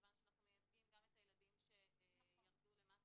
מכיוון שאנחנו מייצגים גם את הילדים שירדו למטה